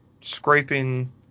scraping